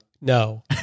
no